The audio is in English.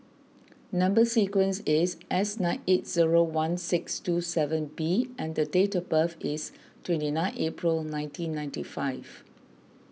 Number Sequence is S nine eight zero one six two seven B and the date of birth is twenty nine April nineteen ninety five